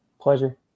Pleasure